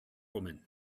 woman